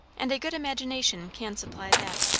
and a good imagination can supply that.